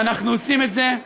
ואנחנו עושים את זה.